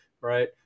right